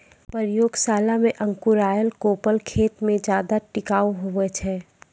प्रयोगशाला मे अंकुराएल कोपल खेत मे ज्यादा टिकाऊ हुवै छै